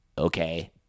Okay